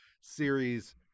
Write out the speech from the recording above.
series